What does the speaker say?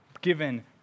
given